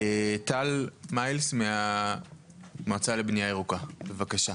טל מילס מהמועצה לבנייה ירוקה, בבקשה.